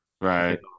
Right